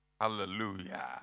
Hallelujah